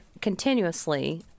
continuously